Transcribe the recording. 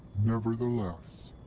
nevertheless,